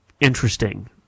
interesting